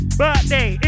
birthday